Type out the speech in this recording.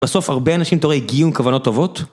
בסוף, הרבה אנשים תור הגיעו עם כוונות טובות.